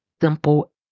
simple